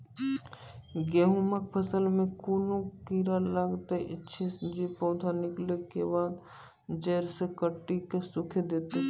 गेहूँमक फसल मे कून कीड़ा लागतै ऐछि जे पौधा निकलै केबाद जैर सऽ काटि कऽ सूखे दैति छै?